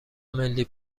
ملی